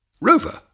Rover